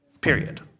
Period